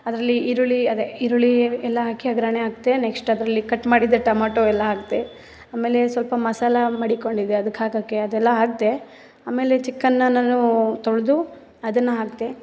ಅದರಲ್ಲಿ ಈರುಳ್ಳಿ ಅದೆ ಈರುಳ್ಳಿ ಎಲ್ಲ ಹಾಕಿ ಒಗ್ಗರಣೆ ಹಾಕಿದೆ ನೆಕ್ಷ್ಟ್ ಅದರಲ್ಲಿ ಕಟ್ ಮಾಡಿದ ಟಮಾಟೊ ಎಲ್ಲ ಹಾಕಿದೆ ಆಮೇಲೆ ಸ್ವಲ್ಪ ಮಸಾಲ ಮಡಿಕೊಂಡಿದ್ದೆ ಅದ್ಕೆ ಹಾಕೋಕ್ಕೆ ಅದೆಲ್ಲ ಹಾಕಿದೆ ಆಮೇಲೆ ಚಿಕನ್ನ ನಾನೂ ತೊಳೆದು ಅದನ್ನು ಹಾಕಿದೆ